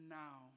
now